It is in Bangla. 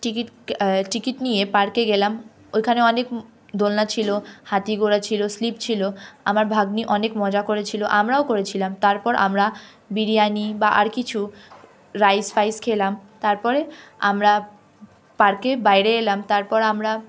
টিকিট কে টিকিট নিয়ে পার্কে গেলাম ওখানে অনেক দোলনা ছিল হাতি ঘোড়া ছিল স্লিপ ছিল আমার ভাগ্নি অনেক মজা করেছিল আমরাও করেছিলাম তারপর আমরা বিরিয়ানি বা আর কিছু রাইস ফাইস খেলাম তার পরে আমরা পার্কের বাইরে এলাম তারপর আমরা